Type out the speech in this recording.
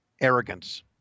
arrogance